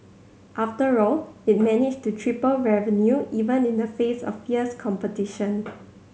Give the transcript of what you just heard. after all it managed to triple revenue even in the face of fierce competition